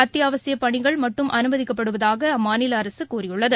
அத்தியாவசியப் பணிகள் மட்டும் அனுமதிக்கப்படுவதாகஅம்மாநிலஅரசுகூறியுள்ளது